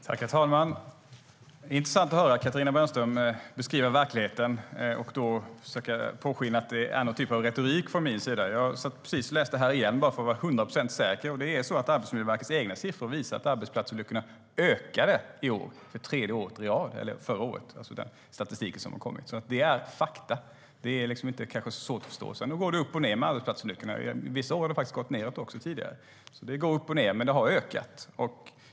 Herr talman! Det är intressant att höra Katarina Brännström beskriva verkligheten och försöka påskina att det är någon typ av retorik från min sida. Jag satt precis och läste om detta igen bara för att vara säker till hundra procent, och Arbetsmiljöverkets egna siffror visar att arbetsplatsolyckorna förra året ökade för tredje året i rad. Det är fakta, och det är kanske inte så svårt att förstå. Det går upp och ned med arbetsplatsolyckorna. Vissa år tidigare har det faktiskt gått nedåt också. Men det har ökat.